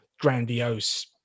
grandiose